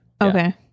okay